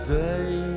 day